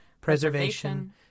preservation